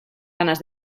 ganas